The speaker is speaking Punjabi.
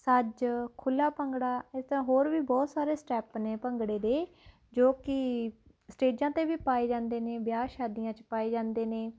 ਸੱਜ ਖੁੱਲਾ ਭੰਗੜਾ ਇਦਾਂ ਹੋਰ ਵੀ ਬਹੁਤ ਸਾਰੇ ਸਟੈਪ ਨੇ ਭੰਗੜੇ ਦੇ ਜੋ ਕਿ ਸਟੇਜਾਂ 'ਤੇ ਵੀ ਪਾਏ ਜਾਂਦੇ ਨੇ ਵਿਆਹ ਸ਼ਾਦੀਆਂ 'ਚ ਪਾਏ ਜਾਂਦੇ ਨੇ